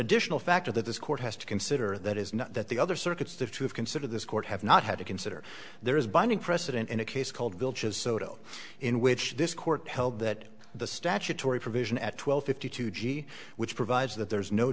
additional factor that this court has to consider that is not that the other circuits the two have considered this court have not had to consider there is binding precedent in a case called villages sotto in which this court held that the statutory provision at twelve fifty two g which provides that there is no